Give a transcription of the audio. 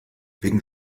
wegen